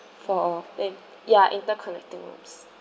for ya interconnecting rooms